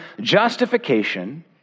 justification